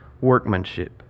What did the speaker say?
workmanship